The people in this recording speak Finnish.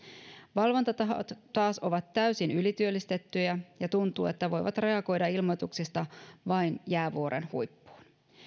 valvontatahot taas ovat täysin ylityöllistettyjä ja tuntuu että ne voivat reagoida ilmoituksista vain jäävuoren huippuun